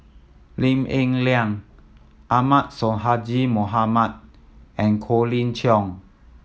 Lim Eng Liang Ahmad Sonhadji Mohamad and Colin Cheong